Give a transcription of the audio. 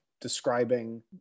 describing